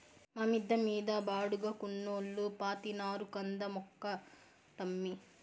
మా మిద్ద మీద బాడుగకున్నోల్లు పాతినారు కంద మొక్కటమ్మీ